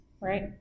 right